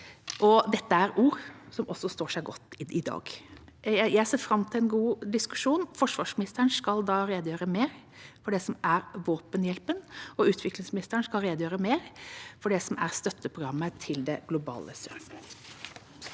og det er ord som også står seg godt i dag. Jeg ser fram til en god diskusjon. Forsvarsministeren skal redegjøre mer for våpenhjelpen, og utviklingsministeren skal redegjøre mer for støtteprogrammet til det globale sør.